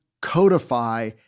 codify